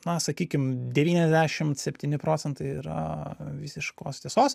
na sakykim devyniasdešimt septyni procentai yra visiškos tiesos